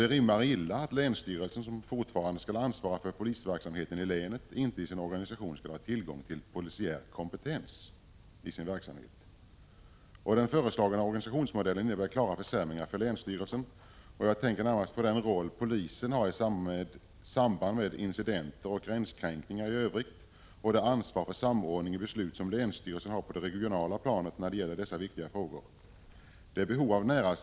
Det rimmar illa att länsstyrelsen, som fortfarande skall ansvara för polisverksamheten i länet, inte i sin organisation skall ha tillgång till polisiär kompetens i sin verksamhet. Den föreslagna organisationsmodellen innebär klara försämringar för länsstyrelsen. Jag tänker närmast på den roll polisen har i samband med incidenter och gränskränkningar i övrigt och det ansvar för samordning och beslut som länsstyrelsen har på det regionala planet när det gäller dessa viktiga frågor.